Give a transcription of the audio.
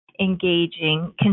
engaging